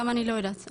גם אני לא יודעת",